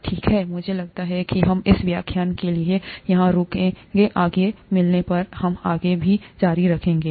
ठीक है मुझे लगता है कि हम इस व्याख्यान के लिए यहां रुकेंगे आगे मिलने पर हम आगे भी जारी रखेंगे